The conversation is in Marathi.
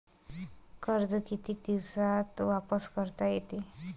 कर्ज कितीक दिवसात वापस करता येते?